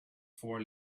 four